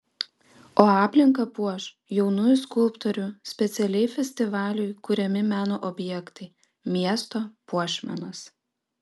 o aplinką puoš jaunųjų skulptorių specialiai festivaliui kuriami meno objektai miesto puošmenos